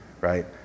right